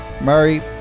Murray